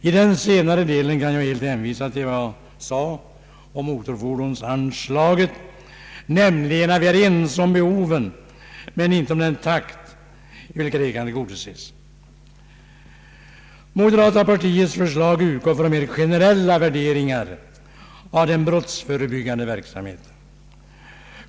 I den senare delen kan jag helt hänvisa till vad jag sade om motorfordonsanslaget, nämligen att vi är ense om behoven men inte om den takt i vilken de kan tillgodoses. Moderata samlingspartiets förslag utgår från generella värderingar av den brottsförebyggande verksamheten.